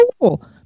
cool